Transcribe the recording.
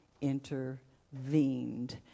intervened